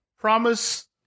promise